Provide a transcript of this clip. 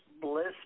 Bliss